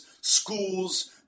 schools